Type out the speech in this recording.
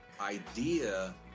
Idea